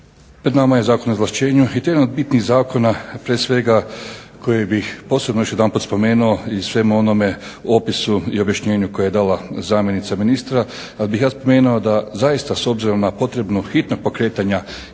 Pred nama je Zakon o izvlaštenju i to je jedan od bitnih zakona prije svega koje bih posebno još jedanput spomenuo i svemu onome opisu i objašnjenju koje je dala zamjenica ministra. Ali bih ja spomenuo da zaista s obzirom na potrebu hitnog pokretanja